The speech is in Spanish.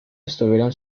estuvieron